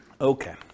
okay